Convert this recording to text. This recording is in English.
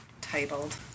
titled